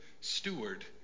steward